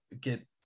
get